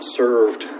served